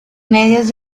medios